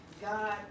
God